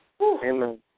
Amen